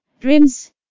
dreams